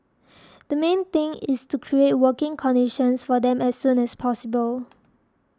the main thing is to create working conditions for them as soon as possible